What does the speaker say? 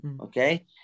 okay